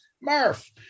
Murph